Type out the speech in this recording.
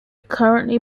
currently